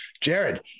Jared